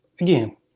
Again